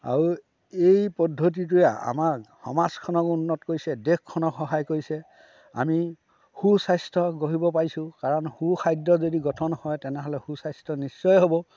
আৰু এই পদ্ধতিটোৱে আমাক সমাজখনক উন্নত কৰিছে দেশখনক সহায় কৰিছে আমি সুস্বাস্থ্য গঢ়িব পাৰিছোঁ কাৰণ সুখাদ্য যদি গঠন হয় তেনেহ'লে সুস্বাস্থ্য নিশ্চয় হ'ব